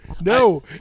No